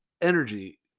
Energy